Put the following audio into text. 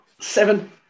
seven